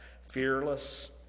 fearless